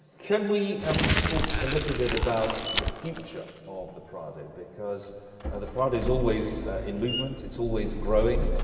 can we um talk a little bit about the future of the prado, because the prado is always in movement, it's always growing,